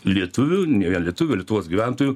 lietuvių ne vien lietuvių lietuvos gyventojų